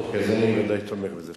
אוקיי, אז אני ודאי תומך בזה.